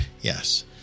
yes